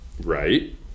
Right